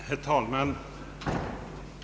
Herr talman!